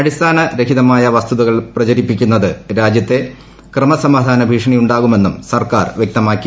അടിസ്ഥാനരഹിതമായ വസ്തുതകൾ പ്രചരിപ്പിക്കുന്നത് രാജ്യത്ത് ക്രമസമാധാന ഭീഷണിയുണ്ടാകുമെന്നും സർക്കാർ വ്യക്തമാക്കി